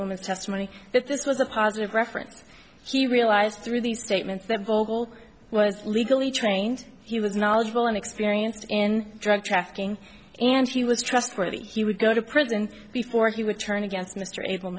woman's testimony that this was a positive reference he realized through these statements that vocal was legally trained he was knowledgeable and experienced in drug trafficking and she was trustworthy he would go to prison before he would turn against mr a